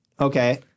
Okay